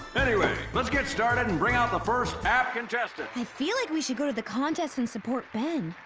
anyway, let's get started and bring out the first app contestant, i feel like we should go to the contest and support ben.